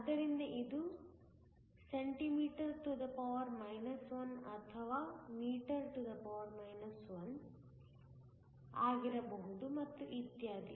ಆದ್ದರಿಂದ ಇದು cm 1 ಅಥವಾ m 1 ಆಗಿರಬಹುದು ಮತ್ತು ಇತ್ಯಾದಿ